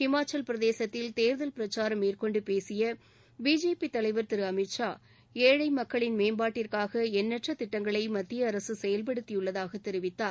இமாச்சலப்பிரதேசத்தில் தேர்தல் பிரச்சாரம் மேற்கொண்டு பேசிய பிஜேபி தலைவர் திரு அமித் ஷா ஏழை மக்களின் மேம்பாட்டிற்காக எண்ணற்ற திட்டங்களை மத்திய அரசு செயல்படுத்தியுள்ளதாக தெரிவித்தார்